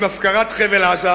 עם הפקרת חבל-עזה,